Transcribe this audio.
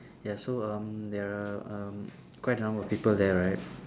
ya so um there are um quite a number of people there right